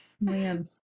man